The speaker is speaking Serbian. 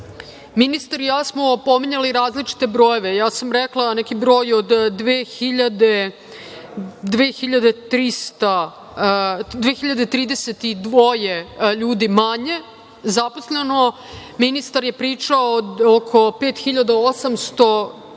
ministar i ja smo pominjali različite brojeve. Ja sam rekla neki broj od 2.032 ljudi manje zaposleno, ministar je pričao oko 5.800.